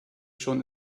schon